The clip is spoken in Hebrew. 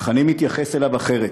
אך אני מתייחס אליו אחרת.